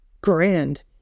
grand